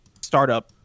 startup